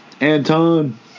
Anton